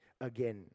again